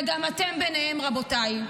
וגם אתם ביניהם, רבותיי.